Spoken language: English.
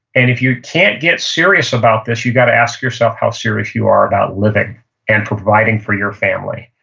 and if you can't get serious about this, you gotta ask yourself how serious you are about living and providing for your family